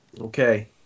Okay